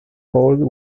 cold